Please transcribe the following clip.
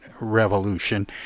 revolution